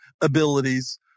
abilities